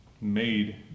made